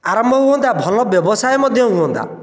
ଆରମ୍ଭ ହୁଅନ୍ତା ଭଲ ବ୍ୟବସାୟ ମଧ୍ୟ ହୁଅନ୍ତା